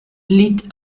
litt